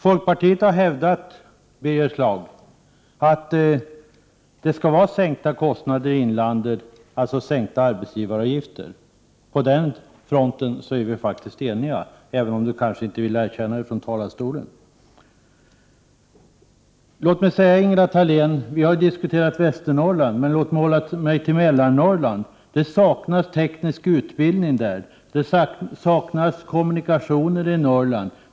Folkpartiet har, Birger Schlaug, hävdat att det skall vara sänkta kostnader i inlandet, alltså sänkta arbetsgivaravgifter. På den fronten är vi faktiskt eniga, även om Birger Schlaug kanske inte vill erkänna det från talarstolen. Vi har ju diskuterat Västernorrland, Ingela Thalén. Men låt mig hålla mig till Mellannorrland. Där saknas teknisk utbildning. Det saknas kommunikationer i Norrland.